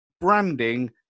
branding